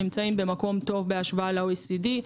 אנו נמצאים במקום טוב בהשוואה ל-OECD.